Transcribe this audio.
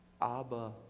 Abba